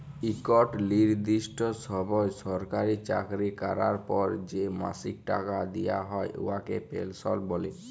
ইকট লিরদিষ্ট সময় সরকারি চাকরি ক্যরার পর যে মাসিক টাকা দিয়া হ্যয় উয়াকে পেলসল্ ব্যলে